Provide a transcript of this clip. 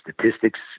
statistics